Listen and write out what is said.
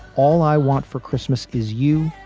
all i want for christmas is you.